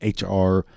HR